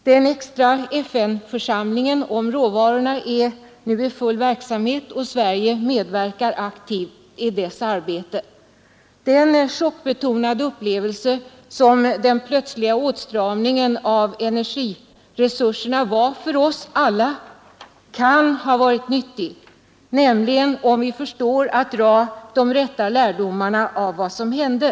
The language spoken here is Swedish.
Den extra FN-församlingen beträffande råvarorna är nu i full verksamhet, och Sverige medverkar aktivt i dess arbete. Den chockbetonade upplevelse som den plötsliga åtstramningen av energiresurserna blev för oss alla kan ha varit nyttig, nämligen om vi förstår att dra de rätta lärdomarna av vad som hände.